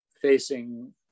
facing